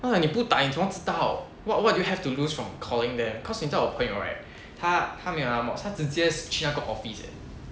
then 我 like 你不打你怎么知道 what what do you have to lose from calling them cause 你知道我朋友 right 他他没有拿到 mods 他直接是去那个 office eh